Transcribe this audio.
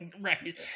Right